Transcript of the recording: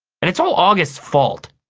and it's all august's fault.